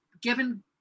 given